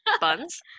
buns